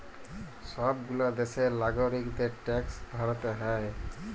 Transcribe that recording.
সব গুলা দ্যাশের লাগরিকদের ট্যাক্স ভরতে হ্যয়